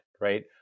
right